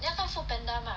你要放 Foodpanda mah